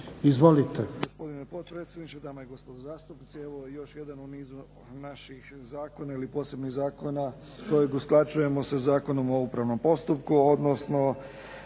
Izvolite.